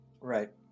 Right